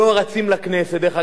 פוגעים בזכויות שלהם,